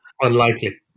unlikely